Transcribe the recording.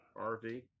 RV